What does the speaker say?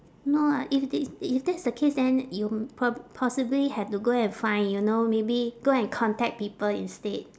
no ah if that's if that's the case then you prob~ possibly have to go and find you know maybe go and contact people instead